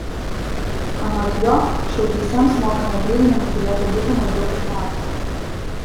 anot jo šou teisėjams mokami atlyginimai turėtų būti maždaug vienodi